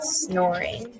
snoring